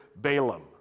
Balaam